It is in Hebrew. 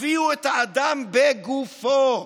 הביאו את האדם בגופו.